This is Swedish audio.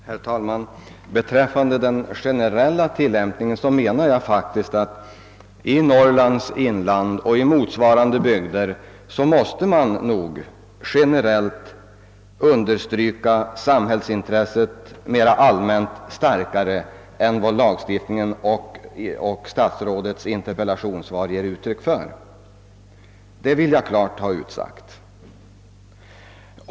Herr talman! Vad beträffar den generella tillämpningen menar jag faktiskt, att man när det gäller Norrlands inland och motsvarande bygder måste understryka samhällets intresse mera allmänt och starkare än vad lagstiftningen och statsrådet enligt sitt interpellationssvar förutsätter. Det vill jag klart ha utsagt.